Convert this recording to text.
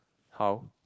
how